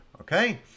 okay